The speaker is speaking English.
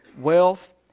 wealth